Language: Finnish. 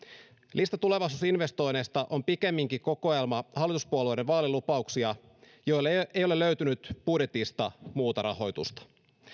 lista tulevaisuusinvestoinneista on pikemminkin kokoelma hallituspuolueiden vaalilupauksia joille ei ole löytynyt budjetista muuta rahoitusta